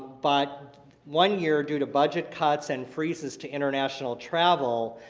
but one year, due to budget cuts and freezes to international travel,